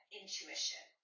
intuition